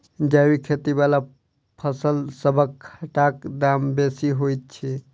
जैबिक खेती बला फसलसबक हाटक दाम बेसी होइत छी